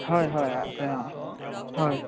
হয় হয় আছে অঁ হয়